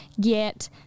get